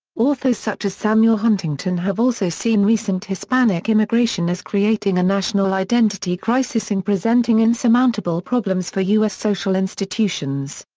authors such as samuel huntington have also seen recent hispanic immigration as creating a national identity crisis and presenting insurmountable problems for us social institutions.